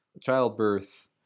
childbirth